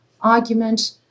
argument